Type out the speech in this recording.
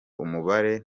umubare